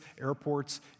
airports